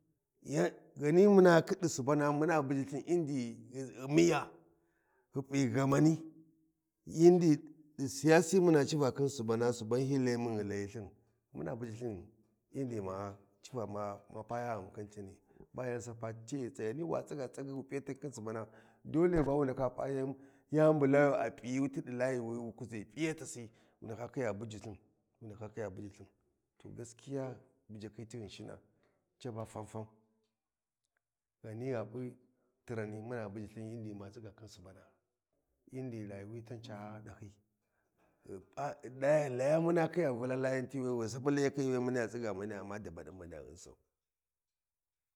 ﻿Yan ghani muna khin subana muna bujilthin unghi ummiya ghi pa ghama i ndi ɗi Siyasi muna C’va khin Subana, suban hyi layimun ghi layi lthin muna bujilthin ind ghi ma Civa ma Pa ghaghun khin lthini ghi pa yan sapa ta ni ghan wa tsiga Piyatin khin Subana dole ba wu ndaka pa yan yani bu kyu a piyiti ɗi layu wi kuʒi piyati wu ndaka khiya bujilthin wu ndaka khiya bujilthin to gaskiya bugakhi ti Ghinshina ca ba fan fan ghani gha pi tirani muna bujilthin yandi ma tsiga khin Subana Indi ghi rayuwi tan ca dahyi ghi pa ghi ghi kya muna khiya Vula kyinti wayu ghi sapi Layakhi ba ma tsiga maniya Umma dabaɗin maniya gyunsau